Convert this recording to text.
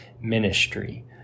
ministry